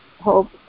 hope